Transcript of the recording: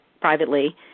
privately